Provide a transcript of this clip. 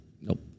nope